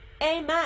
Amen